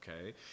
okay